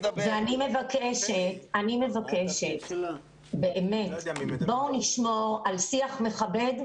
אני מבקשת באמת, בואו נשמור על שיח מכבד.